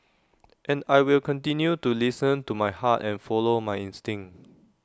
and I will continue to listen to my heart and follow my instincts